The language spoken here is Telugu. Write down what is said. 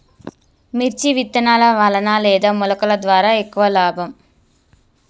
మిర్చి విత్తనాల వలన లేదా మొలకల ద్వారా ఎక్కువ లాభం?